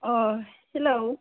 hello